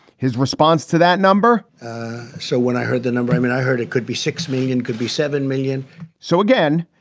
his response to that number so when i heard the number, i mean, i heard it could be six feet and could be seven million so, again,